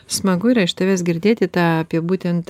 smagu yra iš tavęs girdėti tą apie būtent